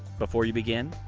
before you begin,